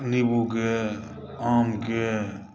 नीबूके आमके